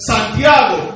Santiago